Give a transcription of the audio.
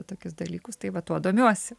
tokius dalykus tai va tuo domiuosi